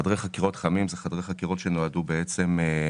חדרי חקירות חמים אלה חדרי חקירות שנועדו לארח